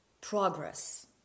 progress